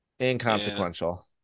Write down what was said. Inconsequential